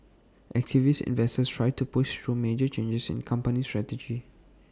activist investors try to push through major changes in company strategy